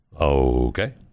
Okay